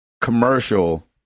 commercial